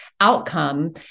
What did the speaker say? outcome